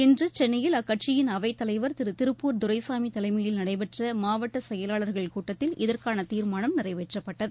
இன்று சென்னையில் அக்கட்சியின் அவைத்தலைவா் திரு திருப்பூர் துரைசாமி தலைமையில் நடைபெற்ற மாவட்ட செயலாளர்கள் கூட்டத்தில் இதற்கான தீர்மானம் நிறைவேற்றப்பட்டது